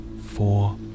four